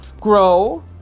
grow